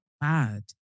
bad